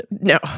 No